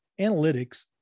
analytics